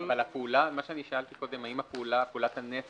אבל מה שאני שאלתי קודם: האם פעולת הנפט